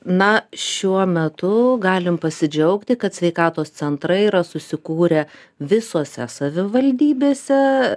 na šiuo metu galim pasidžiaugti kad sveikatos centrai yra susikūrę visose savivaldybėse